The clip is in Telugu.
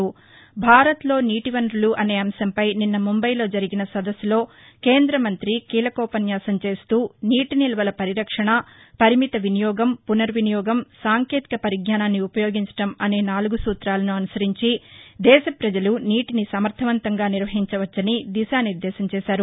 భారత్లో నీటి వనరులు అనే అంశంపై నిన్న ముంబయ్లో జరిగిన సదస్సులో కేంద్రమంతి కీలకోపన్యాసం చేస్తూనీటి నిల్వల పరిరక్షణ పరిమిత వినియోగం పునర్వినియోగం సాంకేతిక పరిజ్ఞానాన్ని ఉపయోగించడం అనే నాలుగు సూతాలను అనుసరించి దేశప్రజలు నీటిని సమర్దవంతంగా నిర్వహించవచ్చని దిశానిర్గేశం చేశారు